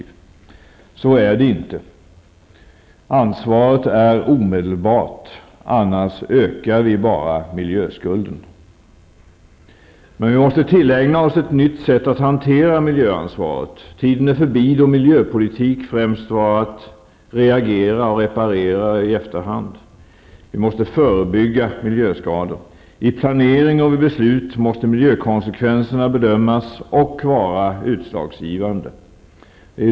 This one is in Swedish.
Så är det inte. Ansvaret är omedelbart, annars ökar vi bara miljöskulden. Men vi måste tillägna oss ett nytt sätt att hantera miljöansvaret. Tiden är förbi då miljöpolitik främst var att reagera och reparera i efterhand. Vi måste förebygga miljöskador. I planering och vid beslut måste miljökonsekvenserna bedömas och vara utslagsgivande.